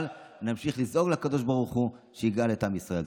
אבל נמשיך לזעוק לקדוש ברוך הוא שיגאל את עם ישראל,